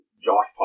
Josh